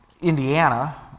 Indiana